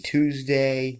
Tuesday